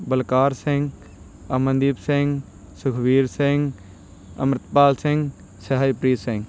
Balkar Singh Amandeep Singh Sukhbir Singh Amritpal Singh Sahijpreet Singh